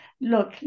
Look